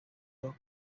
dos